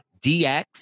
DX